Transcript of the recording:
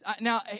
Now